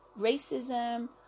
racism